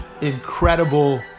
incredible